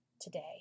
today